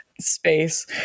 space